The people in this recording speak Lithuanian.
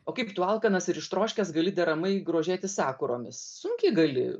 o kaip tu alkanas ir ištroškęs gali deramai grožėtis sakuromis sunkiai gali